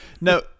No